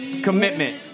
commitment